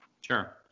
Sure